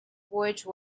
voyage